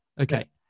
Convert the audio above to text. Okay